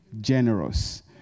generous